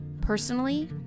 personally